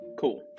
Cool